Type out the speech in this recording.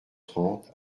trente